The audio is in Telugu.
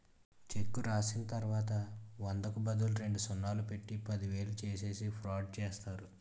చెక్కు రాసిచ్చిన తర్వాత వందకు బదులు రెండు సున్నాలు పెట్టి పదివేలు చేసేసి ఫ్రాడ్ చేస్తారు